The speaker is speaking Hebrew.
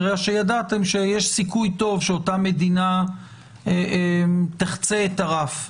בגלל שידעתם שיש סיכוי טוב שאותה מדינה תחצה את הרף.